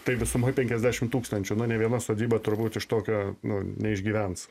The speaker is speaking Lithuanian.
tai visumoj penkiasdešim tūkstančių na nė viena sodyba turbūt iš tokio nu neišgyvens